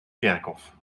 kerkhof